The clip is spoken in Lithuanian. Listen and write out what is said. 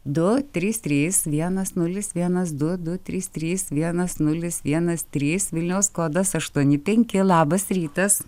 du trys trys vienas nulis vienas du du trys trys vienas nulis vienas trys vilniaus kodas aštuoni penki labas rytas